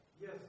Yes